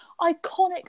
iconic